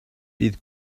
bydd